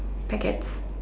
packets